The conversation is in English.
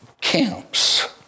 camps